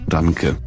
Danke